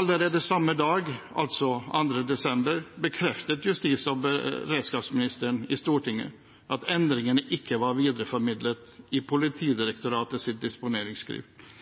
Allerede samme dag, altså 2. desember, bekreftet justis- og beredskapsministeren i Stortinget at endringene ikke var videreformidlet i Politidirektoratets disponeringsskriv.